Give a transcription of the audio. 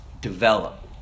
develop